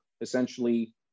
essentially